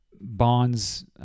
bonds